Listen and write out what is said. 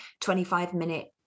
25-minute